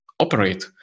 operate